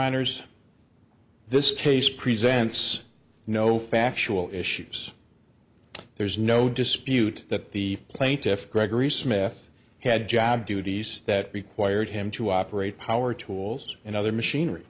honour's this case presents no factual issues there's no dispute that the plaintiff gregory smith had job duties that required him to operate power tools and other machinery